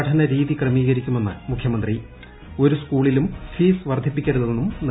പഠനരീതി ക്രമീകരിക്കുമെന്ന് മുഖ്യമന്ത്രി ഒരു സ്കൂളിലും ഫീസ് വർദ്ധിപ്പിക്കരുതെന്നും നിർദ്ദേശം